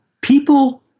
people